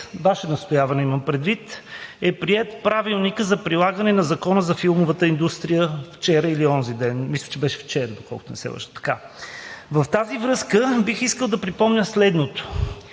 Ваше настояване, е приет Правилникът за прилагане на Закона за филмовата индустрия вчера или онзи ден. Мисля, че беше вчера, ако не се лъжа. В тази връзка бих искал да припомня следното.